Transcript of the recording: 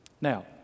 Now